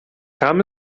kam